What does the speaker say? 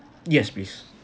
yes please